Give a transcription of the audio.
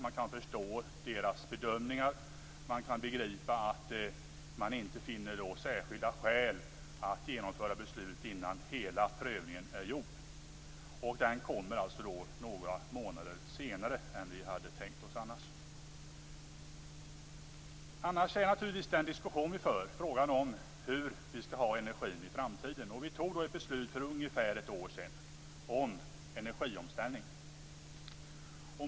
Man kan förstå deras bedömningar. Man kan begripa att de inte finner särskilda skäl att genomföra beslutet innan hela prövningen är gjord, och den kommer alltså att göras några månader senare än vi hade tänkt oss. Annars gäller naturligtvis den diskussion som vi för frågan om hur vi skall ha energin i framtiden. Vi fattade ett beslut för ungefär ett år sedan om energiomställning.